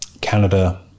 Canada